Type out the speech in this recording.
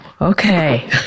Okay